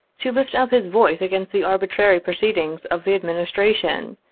to lift up his voice against the arbitrary proceedings of the administration,